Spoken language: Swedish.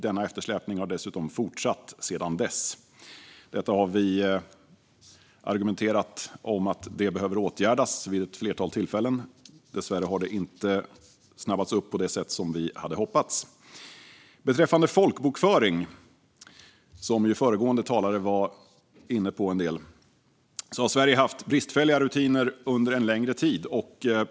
Denna eftersläpning har fortsatt sedan dess. Vi har vid ett flertal tillfällen argumenterat för att detta behöver åtgärdas. Dessvärre har det inte snabbats upp på det sätt som vi hade hoppats. Beträffande folkbokföring, som föregående talare var inne på en del, har Sverige haft bristfälliga rutiner under en längre tid.